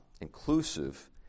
inclusive